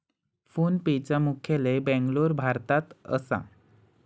फोनपेचा मुख्यालय बॅन्गलोर, भारतात असा